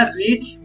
reach